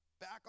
back